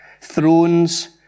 Thrones